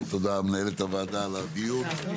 ותודה למנהלת הוועדה על הדיון.